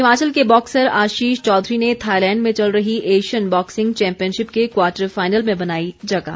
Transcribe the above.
हिमाचल के बॉक्सर आशीष चौधरी ने थाईलैंड में चल रही एशियन बॉक्सिंग चैंपियनशिप के क्वार्टर फाइनल में बनाई जगह